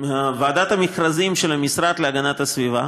ועדת המכרזים של המשרד להגנת הסביבה